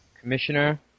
commissioner